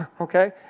okay